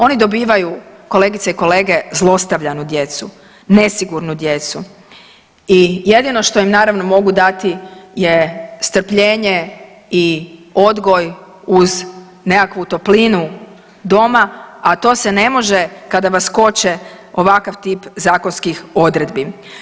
Oni dobivaju, kolegice i kolege, zlostavljanu djecu, nesigurnu djecu i jedino što im, naravno, mogu dati je strpljenje i odgoj uz nekakvu toplinu doma, a to se ne može kada vas koče ovakav tip zakonskih odredbi.